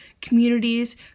communities